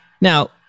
Now